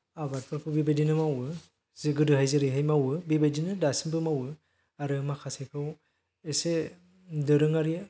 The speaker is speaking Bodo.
आबादफोरखौ बेबायदिनो मावो जों गोदोहाय जेरै मावो बेबायदिनो दासिमबो मावो आरो माखासेखौ एसे दोरोङारि